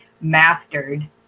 mastered